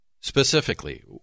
Specifically